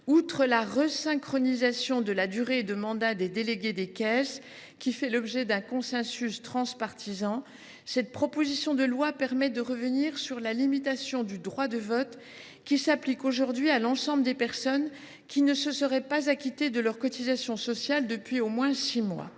Outre la resynchronisation de la durée des mandats des délégués des caisses, qui fait l’objet d’un consensus transpartisan, cette proposition de loi permet de revenir sur la limitation du droit de vote qui s’applique aujourd’hui à l’ensemble des personnes qui ne se seraient pas acquittées de leurs cotisations sociales depuis au moins six mois.